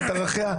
את ערכיה,